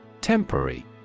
Temporary